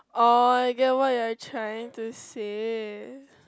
orh I get what you are trying to say